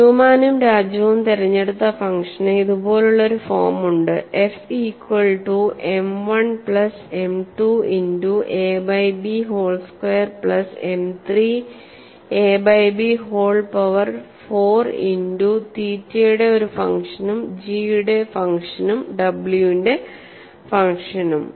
ന്യൂമാനും രാജുവും തിരഞ്ഞെടുത്ത ഫംഗ്ഷന് ഇതുപോലുള്ള ഒരു ഫോം ഉണ്ട് f equal to m 1 plus m 2 into a by b whole square plus m 3 a by b whole power 4 into തീറ്റയുടെ ഒരു ഫംഗ്ഷനും G യുടെ ഫങ്ഷനും w ന്റെ ഫംഗ്ഷനും